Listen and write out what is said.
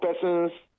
persons